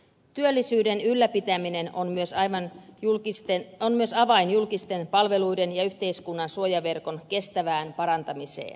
työllisyyden ylläpitäminen on myös avain julkisten palveluiden ja yhteiskunnan suojaverkon kestävään parantamiseen